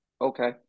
okay